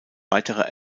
weitere